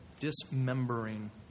dismembering